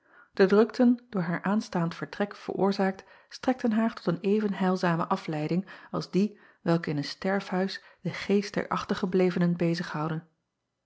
de drukten door haar aanstaand vertrek veroorzaakt strekten haar tot een even heilzame afleiding als die welke in een sterfhuis den geest der achtergeblevenen